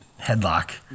headlock